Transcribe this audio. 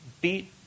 beat